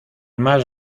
más